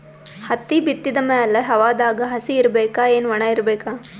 ಹತ್ತಿ ಬಿತ್ತದ ಮ್ಯಾಲ ಹವಾದಾಗ ಹಸಿ ಇರಬೇಕಾ, ಏನ್ ಒಣಇರಬೇಕ?